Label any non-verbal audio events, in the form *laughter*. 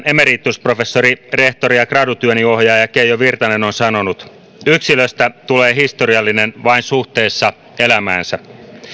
*unintelligible* emeritusprofessori rehtori ja gradutyöni ohjaaja keijo virtanen on sanonut yksilöstä tulee historiallinen vain suhteessa elämäänsä